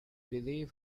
believe